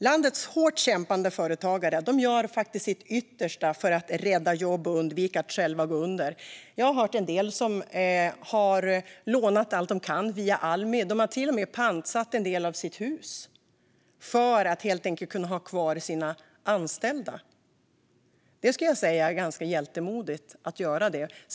Landets hårt kämpande företagare gör sitt yttersta för att rädda jobb och undvika att själva gå under. Jag hört om dem som har lånat allt de kan av Almi och till och med pantsatt sina hus för att kunna behålla sina anställda. Det är ganska hjältemodigt.